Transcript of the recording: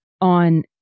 on